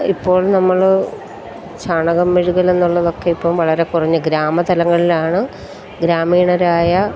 ഇപ്പോൾ നമ്മൾ ചാണകം മെഴുകലെന്നുള്ളതൊക്കെ ഇപ്പം വളരെ കുറഞ്ഞ് ഗ്രാമതലങ്ങളിലാണ് ഗ്രാമീണരായ